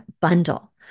bundle